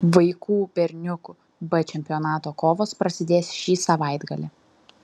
vaikų berniukų b čempionato kovos prasidės šį savaitgalį